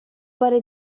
بار